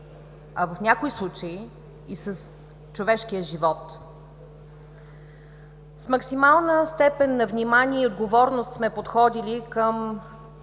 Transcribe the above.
а в някои случаи – и с човешкия живот. С максимална степен на внимание и отговорност сме подходили към